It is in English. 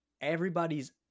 everybody's